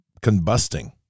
combusting